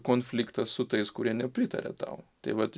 konfliktas su tais kurie nepritaria tau tai vat